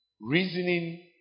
reasoning